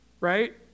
right